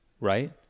right